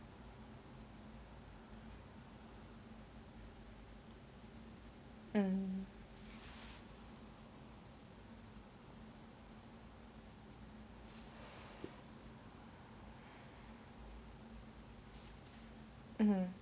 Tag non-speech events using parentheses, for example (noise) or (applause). mm (coughs) mm